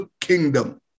kingdom